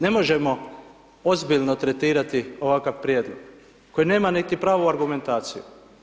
Ne možemo ozbiljno tretirati ovakav prijedlog koji nema niti pravnu argumentaciju.